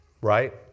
right